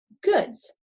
goods